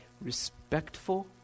respectful